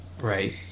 Right